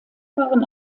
waren